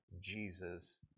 Jesus